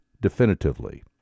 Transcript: definitively